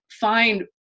find